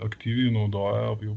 aktyviai naudojo jau